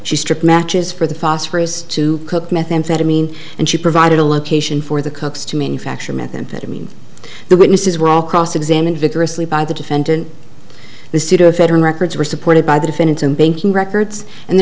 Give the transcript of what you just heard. she stripped matches for the phosphorus to cook methamphetamine and she provided a location for the cooks to manufacture methamphetamine the witnesses were all cross examined vigorously by the defendant the pseudoephedrine records were supported by the defendant and banking records and the